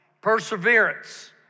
Perseverance